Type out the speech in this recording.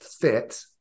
fit